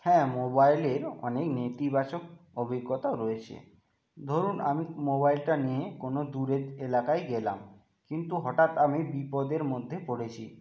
হ্যাঁ মোবাইলের অনেক নেতিবাচক অভিজ্ঞতাও রয়েছে ধরুন আমি মোবাইলটা নিয়ে কোন দূরের এলাকায় গেলাম কিন্তু হঠাৎ আমি বিপদের মধ্যে পড়েছি